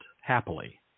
happily